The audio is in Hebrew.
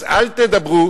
אז אל תדברו